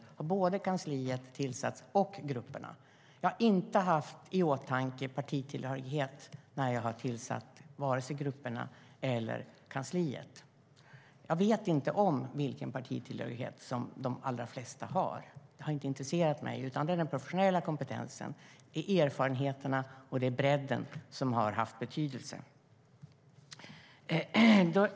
Det gäller både kansliet och grupperna. Jag har inte haft partitillhörighet i åtanke när jag har tillsatt grupperna och kansliet. Jag vet inte vilken partitillhörighet som de flesta av dem har. Det har inte intresserat mig, utan det är den professionella kompetensen, erfarenheterna och bredden som har haft betydelse.